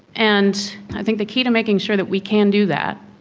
and i think the key to making sure that we can do that,